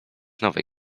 nowej